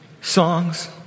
songs